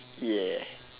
ya